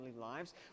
lives